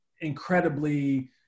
incredibly